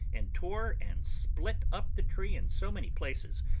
and tore and split up the tree in so many places,